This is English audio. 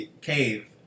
cave